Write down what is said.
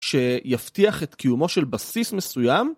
שיבטיח את קיומו של בסיס מסוים